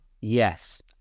Yes